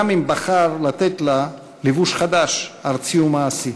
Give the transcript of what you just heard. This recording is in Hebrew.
גם אם בחר לתת לה לבוש חדש, ארצי ומעשי.